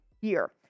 year